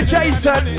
Jason